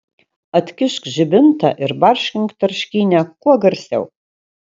atkišk žibintą ir barškink tarškynę kuo garsiau